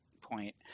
point